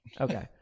Okay